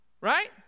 Right